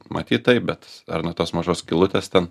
matyt taip bet ar nuo tos mažos skylutės ten